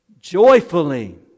Joyfully